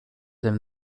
him